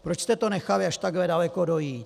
Proč jste to nechali až takhle daleko dojít?